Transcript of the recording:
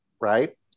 right